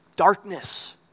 Darkness